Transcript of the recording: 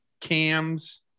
Cam's